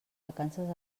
vacances